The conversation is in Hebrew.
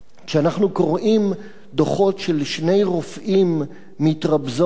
כשאנחנו קוראים דוחות של שני רופאים מטרבזון,